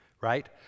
right